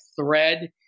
thread